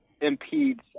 impedes